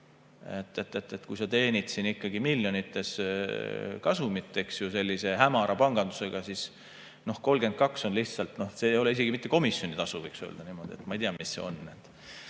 Kui sa teenid ikkagi miljonites kasumit sellise hämara pangandusega, siis 32 [000] ei ole isegi mitte komisjonitasu, võiks öelda. Ma ei tea, mis see on.